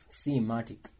thematic